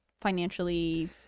financially